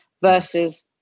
versus